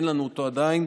אין לנו אותו עדיין,